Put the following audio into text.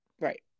Right